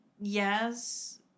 yes